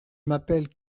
m’appelle